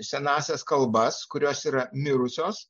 senąsias kalbas kurios yra mirusios